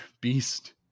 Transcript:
Beast